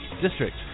district